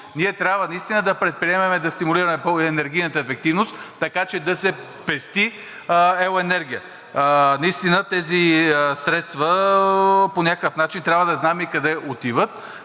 ние трябва наистина да предприемем, да стимулираме напълно енергийната ефективност, така че да се пести електрическа енергия. Наистина тези средства по някакъв начин трябва да знаем къде отиват